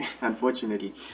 unfortunately